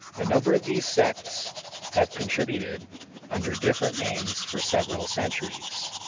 a number of these sects have continued under different names for several centuries.